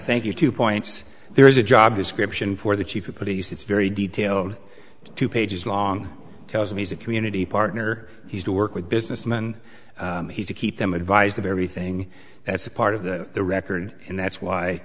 thank you to points there is a job description for the chief of police it's very detailed two pages long tells him he's a community partner he's to work with businessmen he's to keep them advised of everything that's a part of the the record and that's why